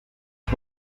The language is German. ich